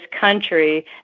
country